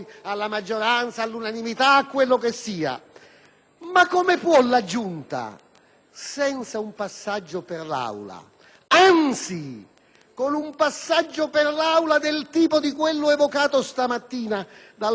come la Giunta, senza un passaggio in Aula, anzi con un passaggio in Aula del tipo di quello evocato questa mattina dal collega Gasparri, possa scegliere